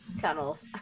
tunnels